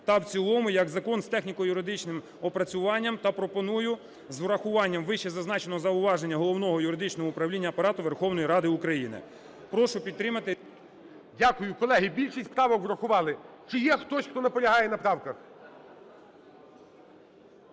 та в цілому як закон з техніко-юридичним опрацюванням та пропоную з врахуванням вищезазначеного зауваження Головного юридичного управління Апарату Верховної Ради України. Прошу підтримати… ГОЛОВУЮЧИЙ. Дякую. Колеги, більшість правок врахували. Чи є хтось, хто наполягає на правках?